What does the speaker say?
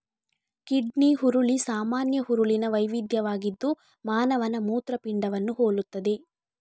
kidney ಹುರುಳಿ ಸಾಮಾನ್ಯ ಹುರುಳಿನ ವೈವಿಧ್ಯವಾಗಿದ್ದು ಮಾನವನ ಮೂತ್ರಪಿಂಡವನ್ನು ಹೋಲುತ್ತದೆ